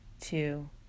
two